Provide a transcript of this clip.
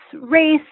race